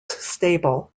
stable